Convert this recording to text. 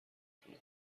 تونه